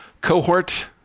cohort